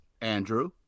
Andrew